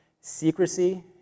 Secrecy